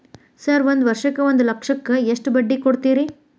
Sir ಒಂದು ವರ್ಷಕ್ಕ ಒಂದು ಲಕ್ಷಕ್ಕ ಎಷ್ಟು ಬಡ್ಡಿ ಕೊಡ್ತೇರಿ?